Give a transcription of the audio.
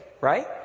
right